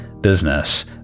business